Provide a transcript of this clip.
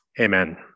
Amen